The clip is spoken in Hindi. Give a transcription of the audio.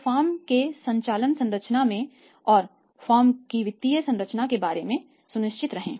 तो फर्म के संचालन संरचना और फर्म की वित्तीय संरचना के बारे में सुनिश्चित रहे